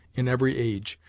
in every age,